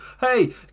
hey